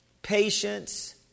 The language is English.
patience